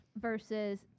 versus